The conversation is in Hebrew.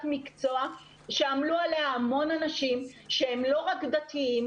מקצוע שעמלו עליה המון אנשים שהם לא רק דתיים,